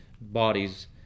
bodies